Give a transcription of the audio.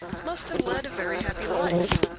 must have led a very happy life.